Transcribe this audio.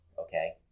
Okay